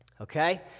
Okay